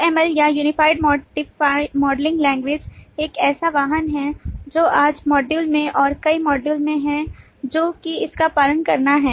UML या Unified Modelling Language एक ऐसा वाहन है जो आज मॉड्यूल में और कई मॉड्यूल में है जो कि इसका पालन करना है